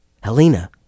Helena